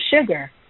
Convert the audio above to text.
sugar